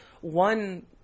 one